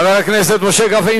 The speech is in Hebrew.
חבר הכנסת משה גפני.